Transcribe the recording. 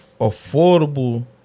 affordable